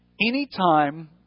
anytime